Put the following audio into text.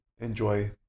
enjoy